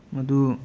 ꯑꯗꯨ